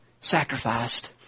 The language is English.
sacrificed